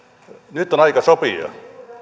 nyt on aika sopia